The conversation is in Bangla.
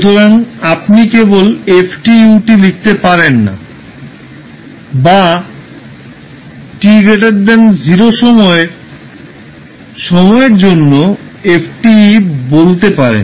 সুতরাং আপনি কেবল f u লিখতে পারেন বা t 0 সময়ে সময়ের জন্য f বলতে পারেন